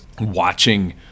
watching